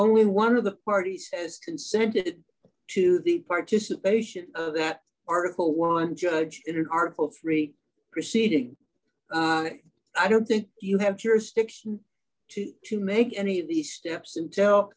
only one of the party says consented to the participation that article one judge entered article three proceeding i don't think you have jurisdiction to to make any of the steps and tell